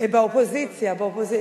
באופוזיציה, באופוזיציה.